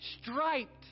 striped